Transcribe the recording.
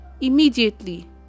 immediately